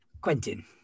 Quentin